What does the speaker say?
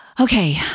Okay